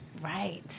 Right